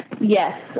Yes